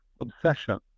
obsession